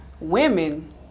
women